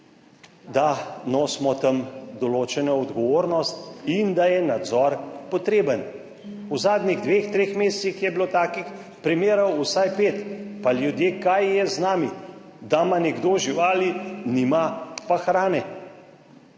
da nosimo tam določeno odgovornost in da je nadzor potreben. V zadnjih dveh, treh mesecih je bilo takih primerov vsaj 5. Pa ljudje, kaj je z nami, da ima nekdo živali, nima pa hrane?